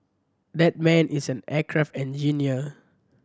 that man is an aircraft engineer